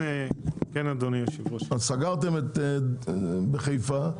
סגרתם את חיפה.